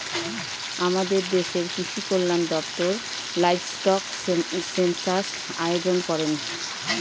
আমাদের দেশের কৃষিকল্যান দপ্তর লাইভস্টক সেনসাস আয়োজন করেন